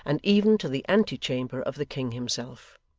and even to the ante-chamber of the king himself.